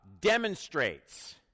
demonstrates